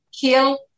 kill